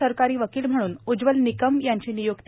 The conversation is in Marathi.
सरकारी वकील म्हणून उज्ज्वल निकम यांची नियुक्ती